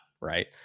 right